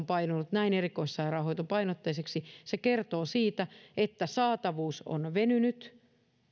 painunut näin erikoissairaanhoitopainotteiseksi kertoo siitä että saatavuus on venynyt